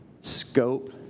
scope